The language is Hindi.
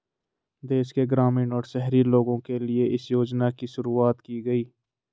देश के ग्रामीण और शहरी लोगो के लिए इस योजना की शुरूवात की गयी